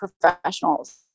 professionals